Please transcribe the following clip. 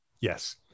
Yes